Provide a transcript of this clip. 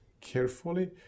carefully